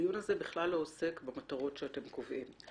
הדיון הזה לא עוסק במטרות שאתם קובעים .